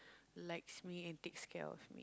likes me and takes care of me